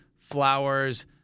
flowers